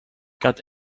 got